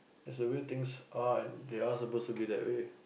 that's the way things are and are supposed to be that way